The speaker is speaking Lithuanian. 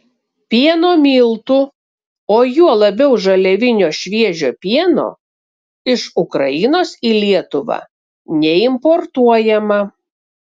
pieno miltų o juo labiau žaliavinio šviežio pieno iš ukrainos į lietuvą neimportuojama